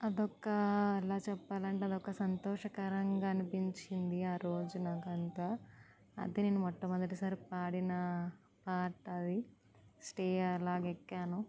అదొక ఎలా చెప్పాలంటే అదొక సంతోషకరంగా అనిపించింది ఆ రోజు నాకు అంతా అదే నేను మొట్టమొదటిసారి పాడిన పాట అది స్టేజ్ అలాగ ఎక్కాను